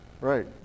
Right